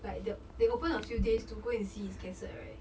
like the they open a few days to go and see his casket right